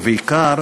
ובעיקר